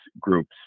groups